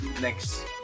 next